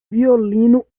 violino